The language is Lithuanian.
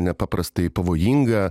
nepaprastai pavojinga